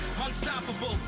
unstoppable